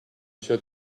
sia